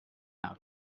out